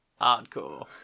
Hardcore